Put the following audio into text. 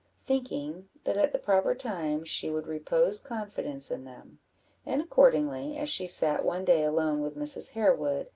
thinking that at the proper time she would repose confidence in them and accordingly, as she sat one day alone with mrs. harewood,